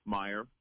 Meyer